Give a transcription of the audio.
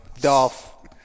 Dolph